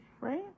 right